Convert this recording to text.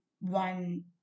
one